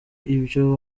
ibyo